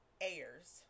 Ayers